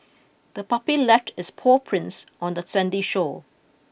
the puppy left its paw prints on the sandy shore